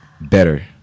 better